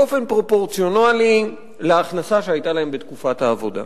באופן פרופורציונלי להכנסה שהיתה להם בתקופת העבודה.